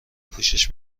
پوشش